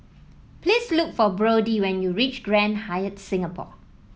please look for Brodie when you reach Grand Hyatt Singapore